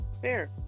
fair